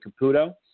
Caputo